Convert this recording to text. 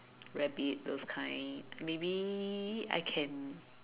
rabbit those kind maybe I can